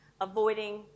avoiding